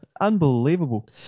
unbelievable